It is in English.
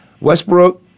Westbrook